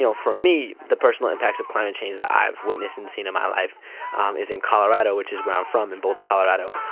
you know for me, the personal impacts of climate change that i've witnessed and seen in my life um is in colorado, which is where i'm from, and boulder, colorado,